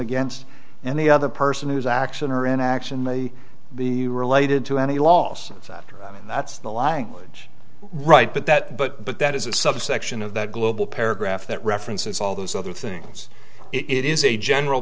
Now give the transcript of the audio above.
against and the other person who's action or inaction may be related to any lawsuits that are i mean that's the language right but that but that is a subsection of the global paragraph that references all those other things it is a general